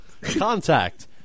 Contact